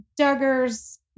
Duggar's